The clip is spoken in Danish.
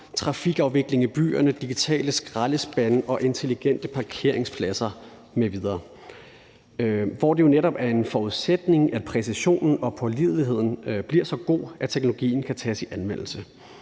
trafikafvikling i byerne, digitale skraldespande og intelligente parkeringspladser m.v., hvor det jo netop er en forudsætning, at præcisionen og pålideligheden bliver så god, at teknologien kan tages i anvendelse.